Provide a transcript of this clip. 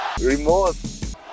remorse